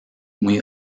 muy